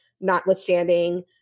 notwithstanding